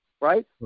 right